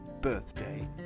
birthday